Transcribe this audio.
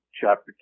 chapter